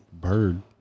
bird